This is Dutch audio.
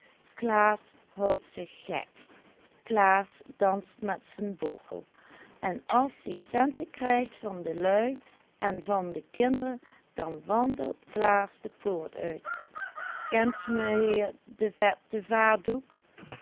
klaas houdt zich gek klaas danst met zen bochel en as ie centen krijgt van de lui en van de kinderen dan wandelt klaas de poort uit kent meheer de vette vadoek